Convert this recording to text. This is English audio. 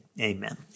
Amen